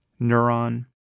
Neuron